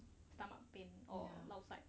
stomach pain or lao sai